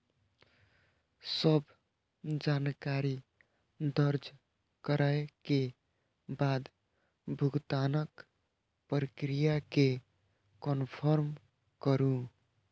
सब जानकारी दर्ज करै के बाद भुगतानक प्रक्रिया कें कंफर्म करू